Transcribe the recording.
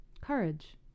courage